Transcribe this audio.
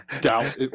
doubt